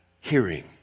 hearing